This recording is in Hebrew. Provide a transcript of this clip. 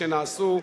שנעשו,